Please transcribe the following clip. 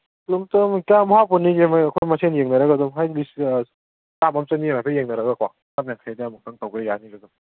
ꯀ꯭ꯌꯥꯝ ꯍꯥꯞꯄꯨꯅꯦꯒꯦ ꯑꯩꯈꯣꯏ ꯃꯁꯦꯜ ꯌꯦꯡꯅꯔꯒ ꯑꯗꯨꯝ ꯍꯥꯏꯗꯤ ꯆꯥꯝꯃ ꯆꯅꯤ ꯑꯃ ꯍꯥꯏꯐꯦꯠ ꯌꯦꯡꯅꯔꯒꯀꯣ ꯆꯥꯝꯌꯥꯡꯈꯩꯗ ꯇꯧꯕ ꯌꯥꯅꯤꯗ